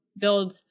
build